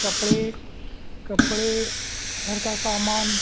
کپڑے کپڑے گھر کا سامان